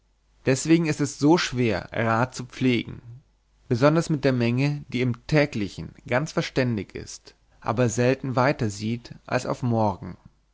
deswegen ist es so schwer rat zu pflegen besonders mit der menge die im täglichen ganz verständig ist aber selten weiter sieht als auf morgen